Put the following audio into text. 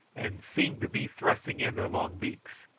and seemed to be thrusting in their long beaks.